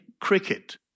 cricket